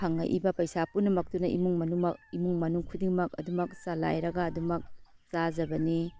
ꯐꯪꯉꯛꯏꯕ ꯄꯩꯁꯥ ꯄꯨꯝꯅꯃꯛꯇꯨꯅ ꯏꯃꯨꯡ ꯏꯃꯨꯡ ꯃꯅꯨꯡ ꯈꯨꯗꯤꯡꯃꯛ ꯑꯗꯨꯃꯛ ꯆꯂꯥꯏꯔꯒ ꯑꯗꯨꯃꯛ ꯆꯥꯖꯕꯅꯤ